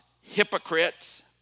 hypocrites